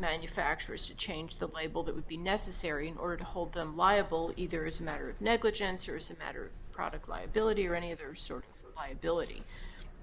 manufacturers to change the label that would be necessary in order to hold them liable either is a matter of negligence or supporter of product liability or any other sort by ability